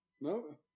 No